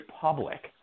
public